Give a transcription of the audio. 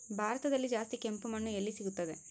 ಭಾರತದಲ್ಲಿ ಜಾಸ್ತಿ ಕೆಂಪು ಮಣ್ಣು ಎಲ್ಲಿ ಸಿಗುತ್ತದೆ?